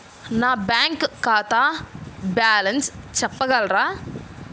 నా బ్యాంక్ ఖాతా బ్యాలెన్స్ చెప్పగలరా?